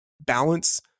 balance